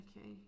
Okay